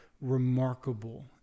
remarkable